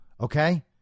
okay